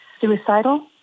suicidal